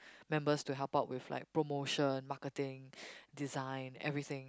members to help up with like promotion marketing design everything